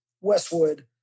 Westwood